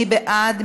מי בעד?